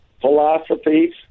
philosophies